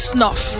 Snuff